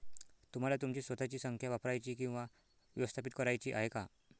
तुम्हाला तुमची स्वतःची संख्या वापरायची किंवा व्यवस्थापित करायची आहे का?